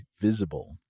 Visible